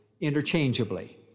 interchangeably